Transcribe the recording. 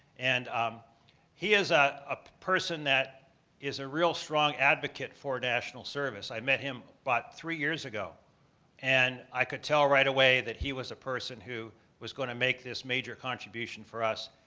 and um he is ah a person that is a real strong advocate for national service. i met him about but three years ago and i could tell right away that he was a person who was going to make this major contribution for us.